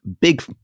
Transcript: big